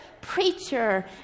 preacher